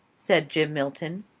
said jim milton.